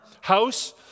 house